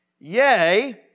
Yea